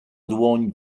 dłoni